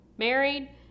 Married